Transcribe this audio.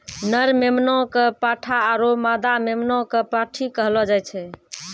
नर मेमना कॅ पाठा आरो मादा मेमना कॅ पांठी कहलो जाय छै